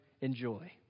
enjoy